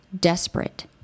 desperate